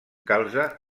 calze